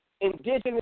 indigenous